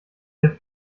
der